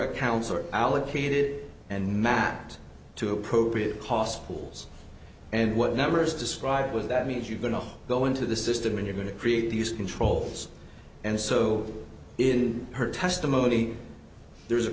accounts are allocated and mapped to appropriate cost pools and what numbers describe what that means you're going to go into the system and you're going to create these controls and so in her testimony there is a